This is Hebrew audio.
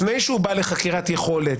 לפני שהוא בא לחקירת יכולת,